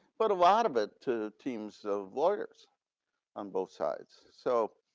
but a lot of it two teams of lawyers on both sides. so,